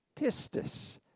pistis